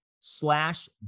slash